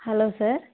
hello sir